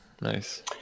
Nice